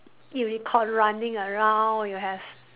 unicorn running around you have